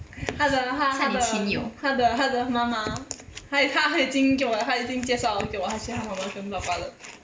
他的他他的他的他的妈妈他他已经给我他已经介绍给我他妈妈跟爸爸了